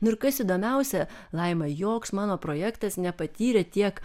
nu ir kas įdomiausia laima joks mano projektas nepatyrė tiek